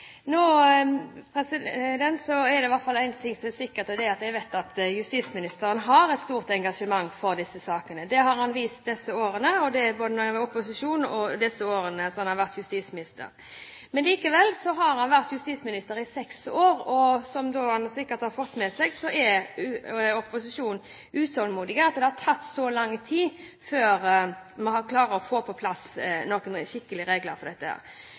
nå, er en viktig sak å være med i en debatt om. Det er i hvert fall en ting som er sikkert, og det er at justisministeren har et stort engasjement for disse sakene. Det har han vist i de årene har var i opposisjon, og i de årene han har vært justisminister. Men han har vært justisminister i seks år, og som han sikkert har fått med seg, er opposisjonen utålmodig fordi det tar så lang tid før vi klarer å få på plass noen skikkelige regler for dette.